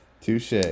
Touche